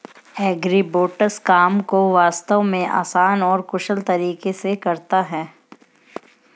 agribots काम को वास्तव में आसान और कुशल तरीके से करता है